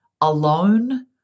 alone